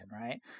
right